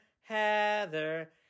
Heather